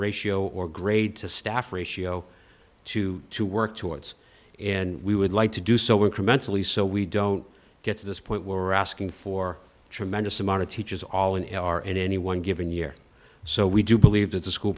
ratio or grade to staff ratio two to work towards and we would like to do so incrementally so we don't get to this point we're asking for tremendous amount of teachers all in l r in any one given year so we do believe that the school